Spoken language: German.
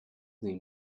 sie